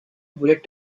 bullet